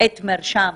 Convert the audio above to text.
את מרשם